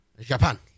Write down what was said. Japan